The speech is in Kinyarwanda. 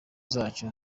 zacu